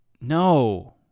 No